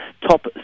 Top